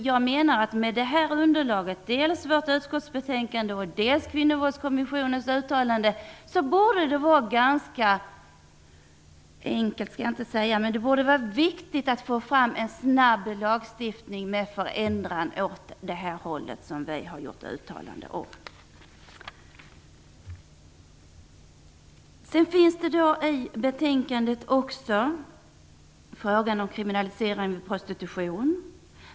Jag menar att med detta underlag, dels vårt utskottsbetänkande, dels Kvinnovåldskommissionens uttalande, borde det vara viktigt att få fram en snabb lagstiftning med en förändring åt det håll som vi gjort uttalanden om. I betänkandet tas också upp frågan om kriminaliserande vid prostitution.